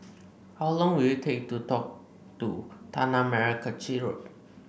how long will it take to walk to Tanah Merah Kechil Road